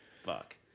fuck